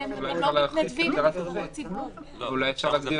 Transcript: ההגדרה של עובד פה היא מאוד רחבה והיא לא מותנית דווקא ביחסי